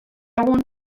egun